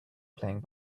playing